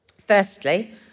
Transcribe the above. Firstly